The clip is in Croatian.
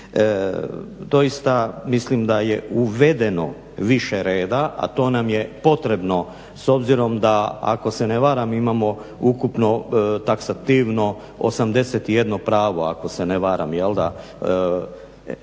doista mislim da je uvedeno više reda a to nam je potrebno s obzirom da ako se ne varam imamo ukupno taksativno 81 pravo ako se ne varam, a